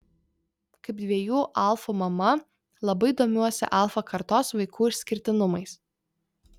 kaip dviejų alfų mama labai domiuosi alfa kartos vaikų išskirtinumais